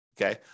Okay